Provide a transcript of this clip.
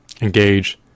engage